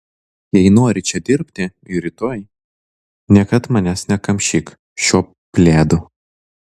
jei nori čia dirbti ir rytoj niekad manęs nekamšyk šiuo pledu